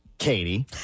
Katie